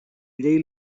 llei